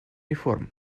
реформ